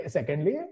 Secondly